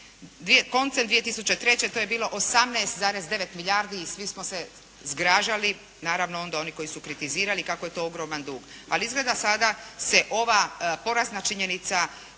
Koncem 2003. to je bilo 18.9 milijardi i svi smo se zgražali, naravno onda oni koji su kritizirali kako je to ogroman dug. Ali izgleda sada se ova porazna činjenica